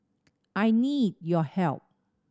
I need your help